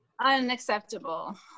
unacceptable